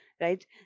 right